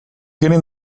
getting